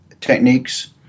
techniques